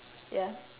ya